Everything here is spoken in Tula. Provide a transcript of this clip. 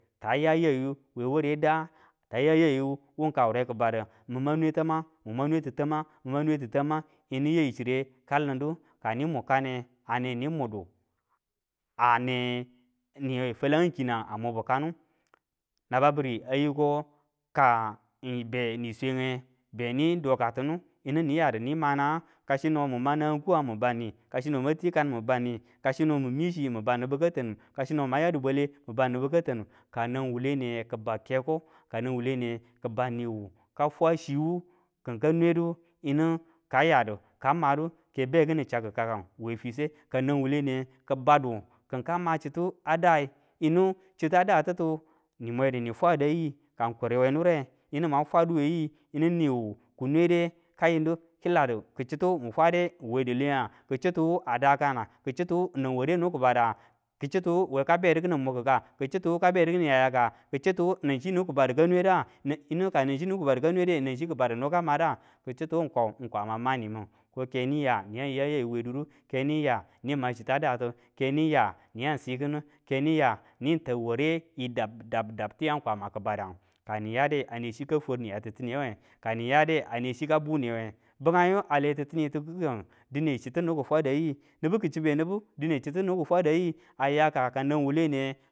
Ta ya yayu we ware da ta ya yayu wu kawure kibadu miming nwe tamang mun mwang nwe ti tamang yinu yayu chire lindu, kani mu kane ane ni mudu ane niwe falangu kinangu a mubu kanu. Naba biri a yi ko kanibe ni swenge beni dokatimi, yimi ni yadu nima nanangu. Kasino mun ma nangang kuwang mun bani, kasino mun michi mun bau nibu ka tanu, kasino mwan yadu bwale mun bau nibu ka tanu, ka nanwu wule niye kibau keko, ka nan wuwule niye ki bau niwu ka fwa chiwu kin ka nwedu yinu ka yadu ka madu ke bikini chaku kakangu e fiswe, kanang wuwule niye ki badu kin kama chitu a dai yinu chita da titu ni mwedu ni fwada yi ka ng kure we nure yinu mwan fwada we yi, yinu niwu ki nwede ka yin du kilaru ki chitu mu fwade we di lenga kichitu wu a dakana, kichitu wu nang ware nibu ki bada, kichituwu eka bedu kinu mun kika, kichituwu ka bedu kini yayaka, kichituwu nanchi ibu kibadu ka nweda, ka nan chi nibu kibadu ka nwede, nan chi nibu ki badu nibu ka mada kichitu ng kwama mani nimin koka niya niyar yayu we duru, ke niya nima chita datu keniya niyang sikinu, keniya niyang ta ware dab, dab, dab tiyang kwama kibadangu. Kani yade ane chika fwar niya titiniyewe, kani yade ane chi ka buni yewe, bingan yu a le titinitu ki kangu, dinu chitu nibu ki fwada yi nibu ki chibe nibu dine chitu nibu ki fwada yi aya ka kanan ule niye.